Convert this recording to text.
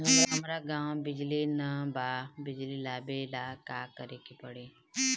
हमरा गॉव बिजली न बा बिजली लाबे ला का करे के पड़ी?